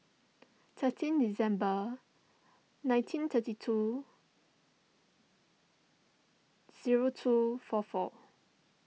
thirteen December nineteen thirty two zero two four four